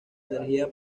energía